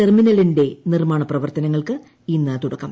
ടെർമിനലിന്റെ നിർമ്മാണ പ്രവർത്തനങ്ങൾക്ക് ഇന്ന് തുടക്കം